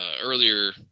earlier